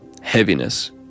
heaviness